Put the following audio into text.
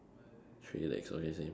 three legs okay same